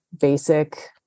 basic